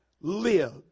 Live